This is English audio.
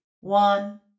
One